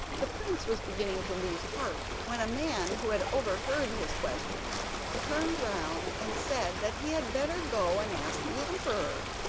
the prince was beginning to lose heart, when a man who had overheard his question turned round and said that he had better go and ask the emperor,